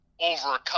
overcome –